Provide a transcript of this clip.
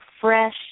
fresh